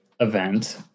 event